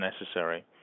necessary